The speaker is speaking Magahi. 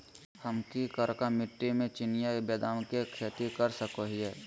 हम की करका मिट्टी में चिनिया बेदाम के खेती कर सको है?